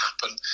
happen